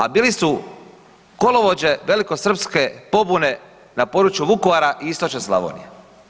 A bili su kolovođe velikosrpske pobune na području Vukovara i istočne Slavonije.